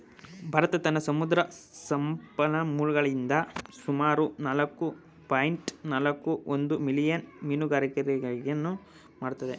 ಭಾರತ ತನ್ನ ಸಮುದ್ರ ಸಂಪನ್ಮೂಲಗಳಿಂದ ಸುಮಾರು ನಾಲ್ಕು ಪಾಯಿಂಟ್ ನಾಲ್ಕು ಒಂದು ಮಿಲಿಯನ್ ಮೀನುಗಾರಿಕೆಯನ್ನು ಮಾಡತ್ತದೆ